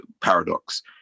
paradox